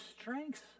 strengths